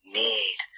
need